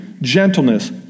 gentleness